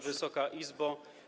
Wysoka Izbo!